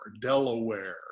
Delaware